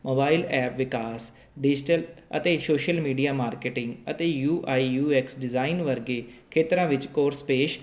mobile app ਵਿਕਾਸ digital ਅਤੇ social media marketing ਅਤੇ ਯੂਆਈ ਯੂਐਕਸ ਡਿਜਾਇਨ ਵਰਗੇ ਖੇਤਰਾਂ ਵਿੱਚ ਕੋਰਸ ਪੇਸ਼